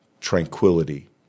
tranquility